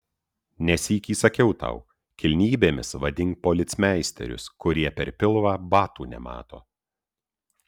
ne sykį sakiau tau kilnybėmis vadink policmeisterius kurie per pilvą batų nemato